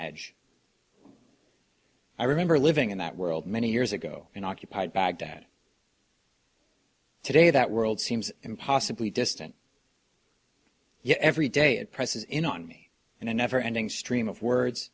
edge i remember living in that world many years ago in occupied baghdad today that world seems impossibly distant yet every day it presses in on me in a never ending stream of words